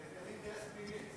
איזה אינטרס פלילי יש